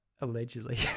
allegedly